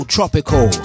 Tropical